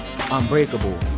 unbreakable